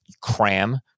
cram